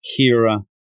Kira